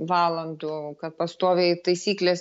valandų kad pastoviai taisyklės